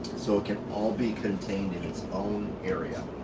so it can all be contained in it's own area.